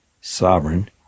sovereign